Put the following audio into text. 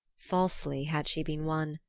falsely had she been won.